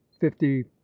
fifty